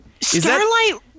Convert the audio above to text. Starlight